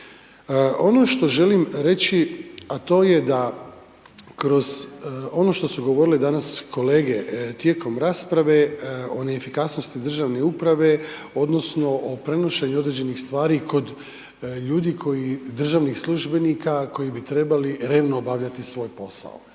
Ono što želim reći, a to je da kroz ono što su govorile danas kolege tijekom rasprave o ne efikasnosti državne uprave odnosno o prenošenju određenih stvari kod ljudi koji, državnih službenika koji bi trebali revno obavljati svoj posao.